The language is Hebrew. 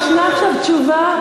יש עכשיו תשובה,